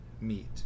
meet